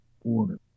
order